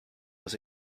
was